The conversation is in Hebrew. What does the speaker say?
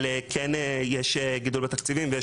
אבל כן יש גידול בתקציבים.